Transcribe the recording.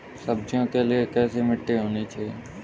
सब्जियों के लिए कैसी मिट्टी होनी चाहिए?